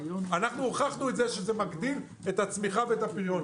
הוכחנו שזה מגדיל את הצמיחה והפריון,